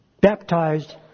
baptized